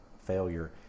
failure